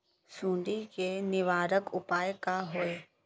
सुंडी के निवारक उपाय का होए?